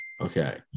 okay